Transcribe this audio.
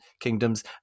kingdoms